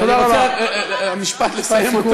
אני רוצה רק במשפט לסיים.